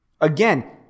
Again